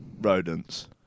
Rodents